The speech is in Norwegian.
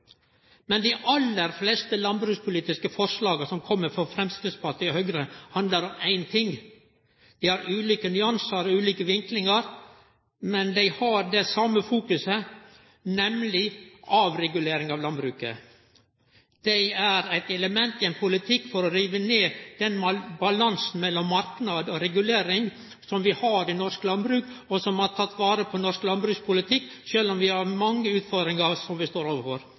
Men dei aller fleste landbrukspolitiske forslaga som kjem frå Framstegspartiet og Høgre, handlar om éin ting – dei har ulike nyansar og ulike vinklingar, men dei har det same fokuset, nemleg avregulering av landbruket. Dei er eit element i ein politikk for å rive ned den balansen mellom marknad og regulering som vi har i norsk landbruk, og som har teke vare på norsk landbrukspolitikk, sjølv om det er mange utfordringar som vi står